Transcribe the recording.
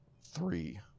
Three